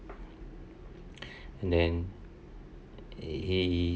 and then he he